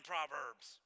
Proverbs